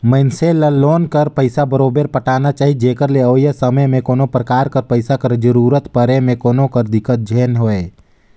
मइनसे ल लोन कर पइसा बरोबेर पटाना चाही जेकर ले अवइया समे में कोनो परकार कर पइसा कर जरूरत परे में कोनो कर दिक्कत झेइन होए